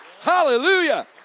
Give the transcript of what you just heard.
Hallelujah